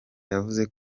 yavuze